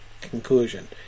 conclusion